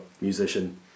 musician